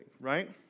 right